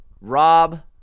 rob